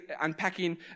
unpacking